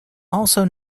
also